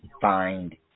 find